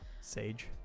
Sage